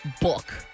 book